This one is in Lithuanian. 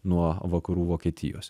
nuo vakarų vokietijos